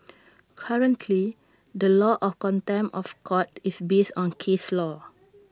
currently the law of contempt of court is based on case law